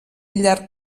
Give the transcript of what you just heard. llarg